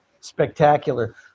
spectacular